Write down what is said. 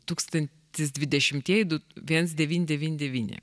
tūkstantis dvidešimtieji du viens devyni devyni devyni